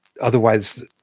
otherwise